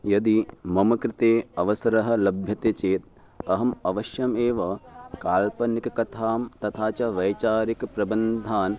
यदि मम कृते अवसरः लभ्यते चेत् अहम् अवश्यमेव काल्पनिककथां तथा च वैचारिकप्रबन्धान्